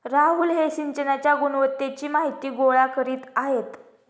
राहुल हे सिंचनाच्या गुणवत्तेची माहिती गोळा करीत आहेत